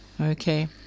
okay